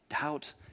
doubt